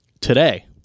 today